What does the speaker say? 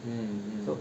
um so